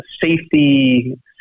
safety